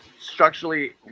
structurally